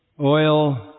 oil